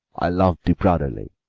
i love thee brotherly,